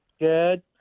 Good